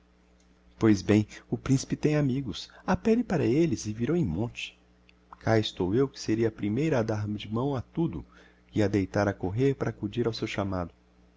pois bem o principe tem amigos appelle para elles e virão em monte cá estou eu que seria a primeira a dar de mão a tudo e a deitar a correr para acudir ao seu chamado